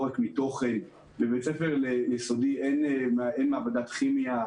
בבית ספר יסודי אין מעבדת כימייה.